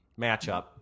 matchup